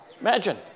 imagine